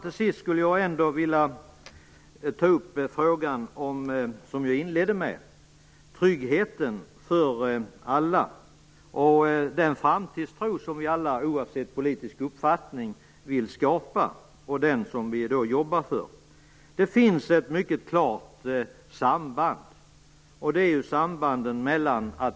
Till sist skulle jag ändå vilja ta upp den fråga som jag inledde med, nämligen tryggheten för alla och den framtidstro som vi alla, oavsett politisk uppfattning, vill skapa och jobba för. Det finns ett mycket klart samband.